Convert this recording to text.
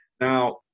Now